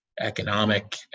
economic